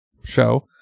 show